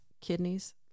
kidneys